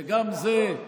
גם זה,